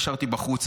נשארתי בחוץ.